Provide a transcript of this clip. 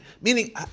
meaning